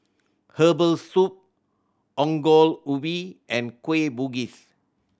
herbal soup Ongol Ubi and Kueh Bugis